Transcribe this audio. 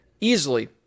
easily